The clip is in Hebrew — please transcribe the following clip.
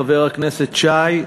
חבר הכנסת שי,